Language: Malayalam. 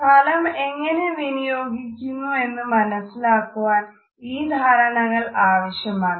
സ്ഥലം എങ്ങനെ വിനിയോഗിക്കുന്നുവെന്ന് മനസ്സിലാക്കുവാൻ ഈ ധാരണകൾ ആവശ്യമാണ്